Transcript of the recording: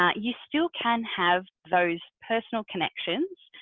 ah you still can have those personal connections,